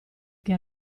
che